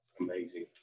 Amazing